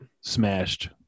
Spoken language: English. smashed